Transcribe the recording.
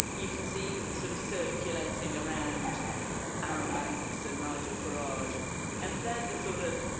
you can see sort of circulating around arron banks and nigel farage and they're the sort of,